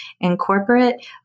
Incorporate